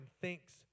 thinks